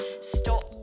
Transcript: stop